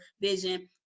vision